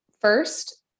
First